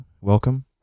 Welcome